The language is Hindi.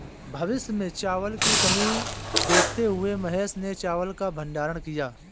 भविष्य में चावल की कमी देखते हुए महेश ने चावल का भंडारण किया